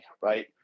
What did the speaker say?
right